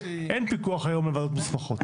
אין פיקוח היום על ועדות מוסמכות.